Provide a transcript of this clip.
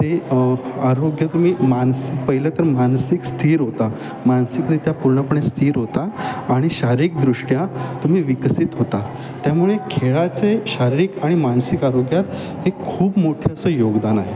ते आरोग्य तुम्ही मानस पहिलं तर मानसिक स्थिर होता मानसिकरित्या पूर्णपणे स्थिर होता आणि शारीरिकदृष्ट्या तुम्ही विकसित होता त्यामुळे खेळाचे शारीरिक आणि मानसिक आरोग्यात हे खूप मोठे असं योगदान आहे